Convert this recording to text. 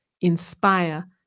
inspire